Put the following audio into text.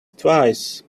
twice